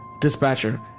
Dispatcher